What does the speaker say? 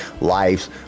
lives